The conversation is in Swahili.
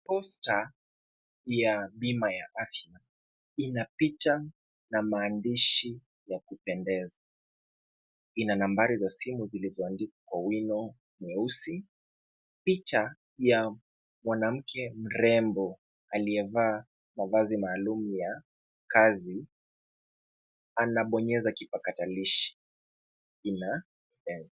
Posta ya bima ya afya, ina picha na maandishi ya kupendeza. Ina nambari za simu zilizoandikwa kwa wino mweusi, picha ya mwanamke mrembo aliyevaa mavazi maalum ya kazi. Anabonyeza kipakatalishi.